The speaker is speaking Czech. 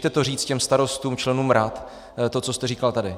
Běžte to říct těm starostům, členům rad, to, co jste říkal tady.